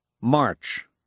March